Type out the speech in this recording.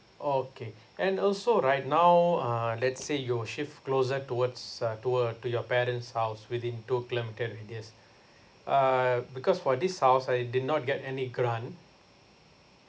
okay and also right now uh let's say you'll shift closer towards uh to uh to your parents' house within two kilometre radius uh because for this house I did not get any grant